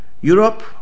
Europe